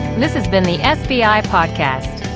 this has been the sbi podcast.